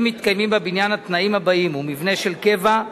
אם מתקיימים בבניין התנאים הבאים: הוא מבנה של קבע,